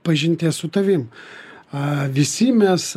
pažinties su tavim a visi mes